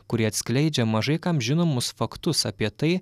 kurie atskleidžia mažai kam žinomus faktus apie tai